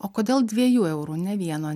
o kodėl dviejų eurų ne vieno